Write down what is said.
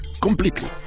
Completely